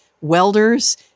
welders